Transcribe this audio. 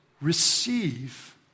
receive